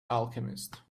alchemist